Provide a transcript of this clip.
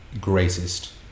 greatest